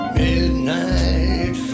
midnight